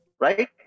right